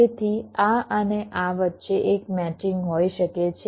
તેથી આ અને આ વચ્ચે એક મેચિંગ હોઈ શકે છે